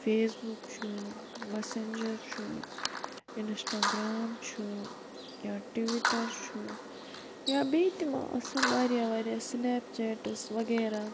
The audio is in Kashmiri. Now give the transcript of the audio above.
فیس بُک چھُ مسینجَر چھُ اِنَسٹاگرٛام چھُ یا ٹویٖٹَر چھُ یا بیٚیہِ تہِ ما آسیٚن واریاہ واریاہ سٕنیپ چیٹٕس وغیرہ